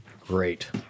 Great